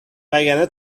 وگرنه